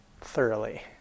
thoroughly